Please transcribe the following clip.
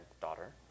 daughter